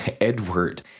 Edward